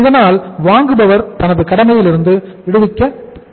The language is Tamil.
இதனால் வாங்குபவர் தனது கடமையிலிருந்து விடுவிக்கப்படுவார்